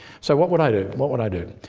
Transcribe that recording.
so, what would i do? what would i do?